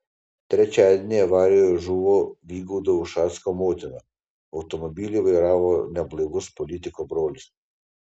trečiadienį avarijoje žuvo vygaudo ušacko motina automobilį vairavo neblaivus politiko brolis